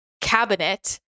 cabinet